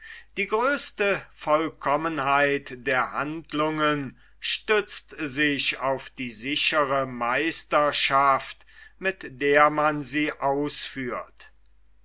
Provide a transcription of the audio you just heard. die größte vollkommenheit der handlungen stützt sich auf die sichere meisterschaft mit der man sie ausführt